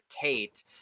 Kate